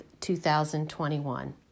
2021